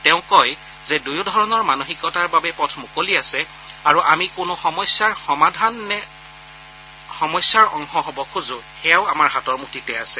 তেওঁ কয় যে দুয়োধৰণৰ মানসিকতাৰ বাবে পথ মুকলি আছে আৰু আমি কোনো সমস্যাৰ নে সমাধানৰ অংশ হব খোজো সেয়াও আমাৰ হাতৰ মুঠিতে আছে